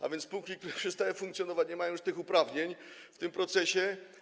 A więc spółki, które przestały funkcjonować, nie mają już tych uprawnień w tym procesie.